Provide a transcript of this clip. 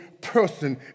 person